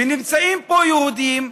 נמצאים פה יהודים,